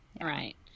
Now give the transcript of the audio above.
Right